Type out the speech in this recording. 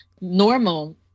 normal